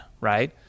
right